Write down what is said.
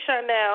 Chanel